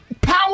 Power